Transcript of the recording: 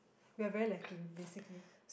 we are very lacking basically